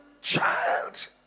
child